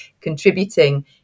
contributing